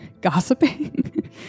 gossiping